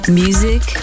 music